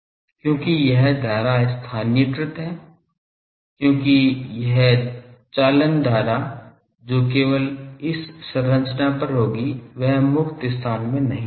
क्योंकि यह धारा स्थानीयकृत है क्योंकि यह चालन धारा जो केवल इस संरचना पर होगी यह मुक्त स्थान में नहीं होगी